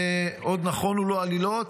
ועוד נכונו לו עלילות.